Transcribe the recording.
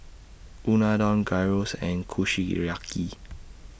Unadon Gyros and Kushiyaki